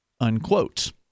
Unquote